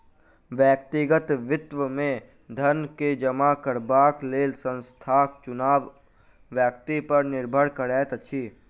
व्यक्तिगत वित्त मे धन के जमा करबाक लेल स्थानक चुनाव व्यक्ति पर निर्भर करैत अछि